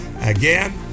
Again